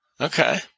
Okay